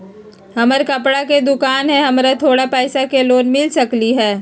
हमर कपड़ा के दुकान है हमरा थोड़ा पैसा के लोन मिल सकलई ह?